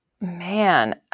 Man